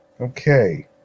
Okay